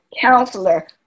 Counselor